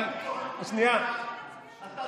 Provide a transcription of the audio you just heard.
לי זה לא מפריע, אני בתורנות מליאה.